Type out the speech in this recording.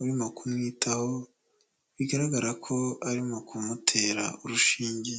urimo kumwitaho bigaragara ko ari mu kumutera urushinge.